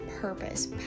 purpose